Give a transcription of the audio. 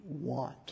want